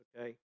okay